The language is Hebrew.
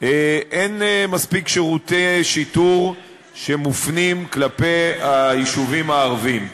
אין מספיק שירותי שיטור שמופנים כלפי היישובים הערביים,